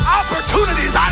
opportunities